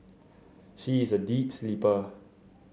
she is a deep sleeper